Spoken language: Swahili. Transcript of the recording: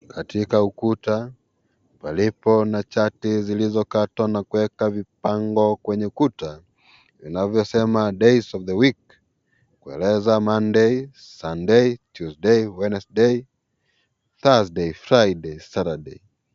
Katika ukuta, palipo na chati zilizokatwa na kupangwa kwenye ukuta. zinazosema days of the week kueleza Monday, Sunday, Tuesday, Wednesday, Thursday, Friday, Saturday .